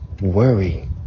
worry